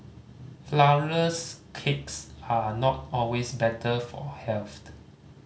flourless cakes are not always better for health